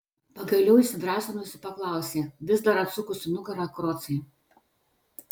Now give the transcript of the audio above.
pagaliau įsidrąsinusi paklausė vis dar atsukusi nugarą krocai